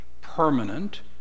permanent